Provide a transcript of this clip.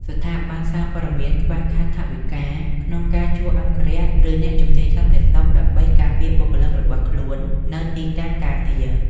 ស្ថាប័នសារព័ត៌មានខ្វះខាតថវិកាក្នុងការជួលអង្គរក្ស ឬអ្នកជំនាញសន្តិសុខដើម្បីការពារបុគ្គលិករបស់ខ្លួននៅទីតាំងការងារ។